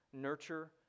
Nurture